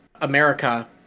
America